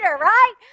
right